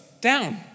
down